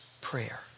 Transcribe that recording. prayer